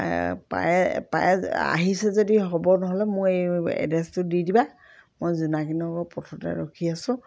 পায়ে পায়ে আহিছে যদি হ'ব নহ'লে মোৰ এই এড্ৰেছটো দি দিবা মই জোনাকী নগৰ পথতে ৰখি আছোঁ